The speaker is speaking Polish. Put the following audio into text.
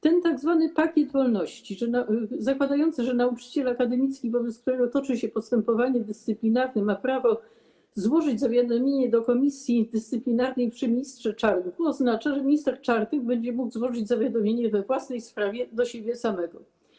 Ten tzw. pakiet wolności zakładający, że nauczyciel akademicki, wobec którego toczy się postępowanie dyscyplinarne, ma prawo złożyć zawiadomienie do komisji dyscyplinarnej przy ministrze Czarnku, oznacza, że minister Czarnek będzie mógł złożyć zawiadomienie we własnej sprawie do siebie samego.